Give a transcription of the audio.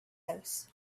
house